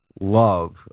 love